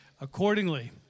accordingly